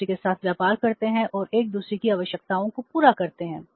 एक दूसरे के साथ व्यापार करते हैं और एक दूसरे की आवश्यकताओं को पूरा करते हैं